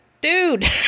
dude